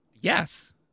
Yes